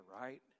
right